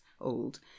old